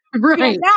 right